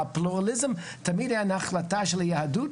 שהפלורליזם תמיד היה ההחלטה של היהדות